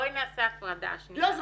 בואי נעשה הפרדה שנייה בין